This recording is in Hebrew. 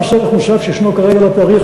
מס ערך מוסף שיש כרגע על התעריף,